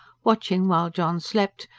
watching while john slept,